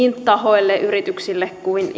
tahoille yrityksille kuin